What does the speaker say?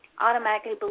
automatically